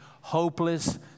hopeless